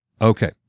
Okay